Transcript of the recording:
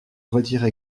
retire